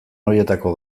horietako